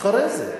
אחרי זה.